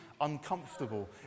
uncomfortable